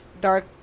dark